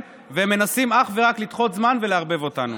והם מנסים אך ורק לדחות ולערבב אותנו.